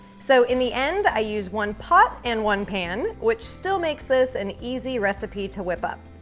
so, in the end, i use one pot and one pan which still makes this an easy recipe to whip up.